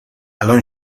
الان